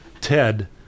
Ted